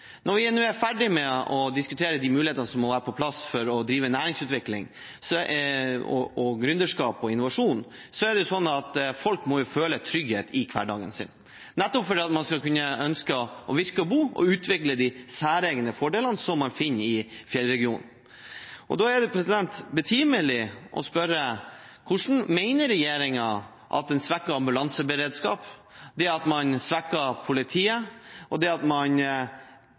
Når vi er ferdig med å diskutere de mulighetene som må være på plass for å drive næringsutvikling, gründerskap og innovasjon, må folk føle trygghet i hverdagen, nettopp for at man skal kunne ønske å virke og bo og utvikle de særegne fordelene man finner i Fjellregionen. Da er det betimelig å spørre: Hvordan mener regjeringen at en svekket ambulanseberedskap – det at man svekker politiet, og det at man